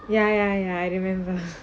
ya ya ya I remember